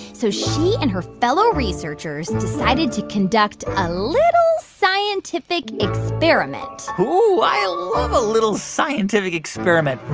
so she and her fellow researchers decided to conduct a little scientific experiment ooo, i love a little scientific experiment.